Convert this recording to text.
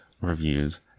reviews